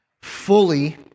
fully